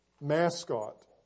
mascot